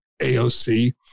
AOC